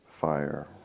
fire